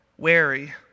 Wary